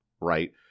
right